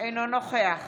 אינו נוכח